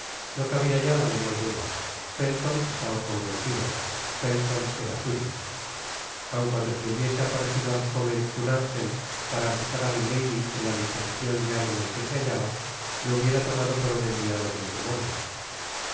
no cabia ya la menor duda felton estaba convencido felton era suyo aun cuando se le hubiese aparecido al jóven un ángel para acusar á milady en la disposicion de ánimo en que se hallaba le hubiera tomado por un enviado del demonio